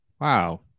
wow